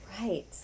Right